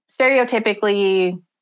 stereotypically